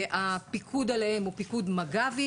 הפיקוד עליהם הוא של מג"ב.